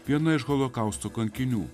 viena iš holokausto kankinių